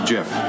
Jeff